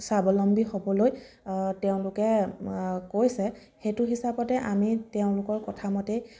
স্বাৱলম্বী হ'বলৈ তেওঁলোকে কৈছে সেইটো হিচাপতে আমি তেওঁলোকৰ কথামতেই